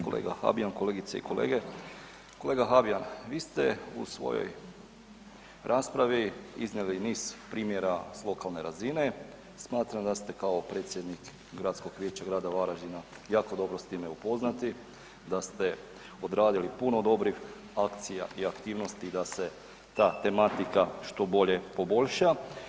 Kolega Habijan, kolegice i kolege, kolega Habijan vi ste u svojoj raspravi iznijeli niz primjera s lokalne razine, smatram da ste kao predsjednik gradskog vijeća grada Varaždina jako dobro s time upoznati, da ste odradili puno dobrih akcija i aktivnosti da se ta tematika što bolje poboljša.